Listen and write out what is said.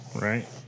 right